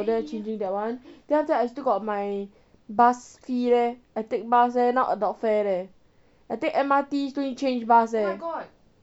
then I changing that one then after that I still got my bus fee leh I take bus leh now adult fare leh I take M_R_T still need to change bus leh got